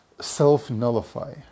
self-nullify